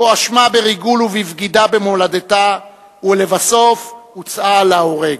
הואשמה בריגול ובבגידה במולדתה ולבסוף הוצאה להורג.